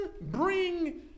bring